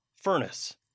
furnace